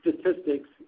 statistics